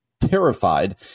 terrified